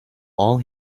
all